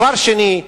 דבר שני,